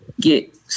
get